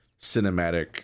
cinematic